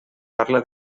parla